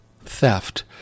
theft